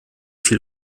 viel